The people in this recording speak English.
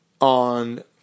on